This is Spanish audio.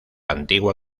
antigua